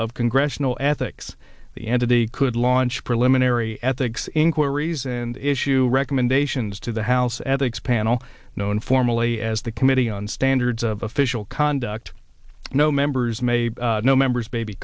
of congressional ethics the end of the could launch preliminary ethics inquiries and issue recommendations to the house ethics panel known formally as the committee on standards of official conduct no members may no members baby